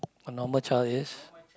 a normal child is